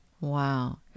wow